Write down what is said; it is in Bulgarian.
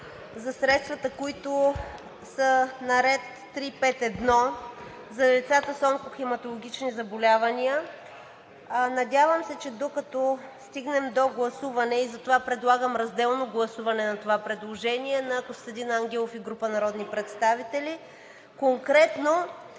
за средствата, които са на ред 3.5.1 за децата с онкохематологични заболявания. Надявам се, че докато стигнем до гласуване, да имаме, и затова предлагам разделно гласуване на това предложение на Костадин Ангелов и група народни представители – конкретно